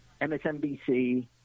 MSNBC